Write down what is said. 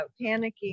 panicking